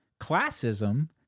Classism